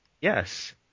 Yes